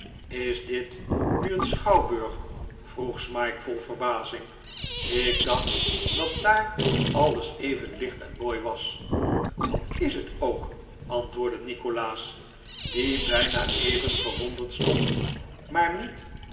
is dit nu een schouwburg vroeg smike vol verbazing ik dacht dat daar alles even licht en mooi was dat is het ook antwoordde nikolaas die bijna even verwonderd stond maar niet